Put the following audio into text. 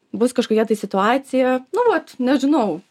bus kažkokia tai situacija nu vat nežinau